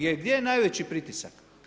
Jer gdje je najveći pritisak?